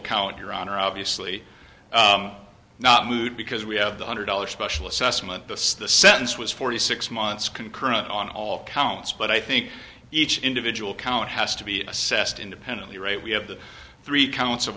honor obviously not moot because we have one hundred dollars special assessment the sentence was forty six months concurrent on all counts but i think each individual count has to be assessed independently right we have the three counts of